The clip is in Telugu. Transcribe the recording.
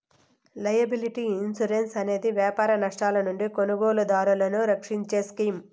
లైయబిలిటీ ఇన్సురెన్స్ అనేది వ్యాపార నష్టాల నుండి కొనుగోలుదారులను రక్షించే స్కీమ్